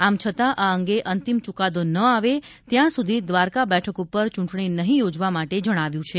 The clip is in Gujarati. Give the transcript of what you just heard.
આમ છતાં આ અંગે અંતિમ ચુકાદો ન આવે ત્યાં સુધી દ્વારકા બેઠક ઉપર ચૂંટણી નહીં યોજવા માટે જણાવ્યું છે